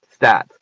stats